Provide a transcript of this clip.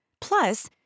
Plus